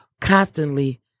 constantly